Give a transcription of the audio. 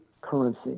currency